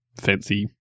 fancy